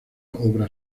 obra